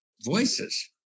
voices